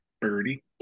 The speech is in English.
birdie